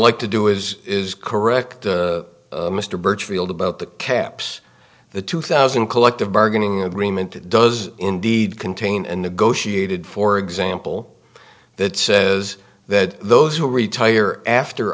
like to do is is correct mr burchfield about the caps the two thousand collective bargaining agreement does indeed contain a negotiated for example that says that those who retire after